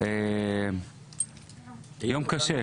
יום קשה.